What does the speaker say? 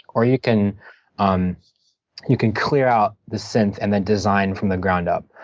or you can um you can clear out the synth and then design from the ground up.